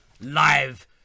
live